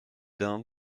dain